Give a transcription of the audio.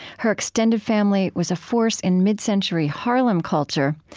her extended family was a force in mid-century harlem culture.